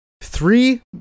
Three